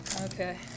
Okay